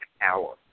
hour